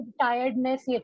tiredness